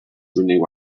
renew